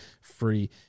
free